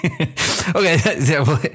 Okay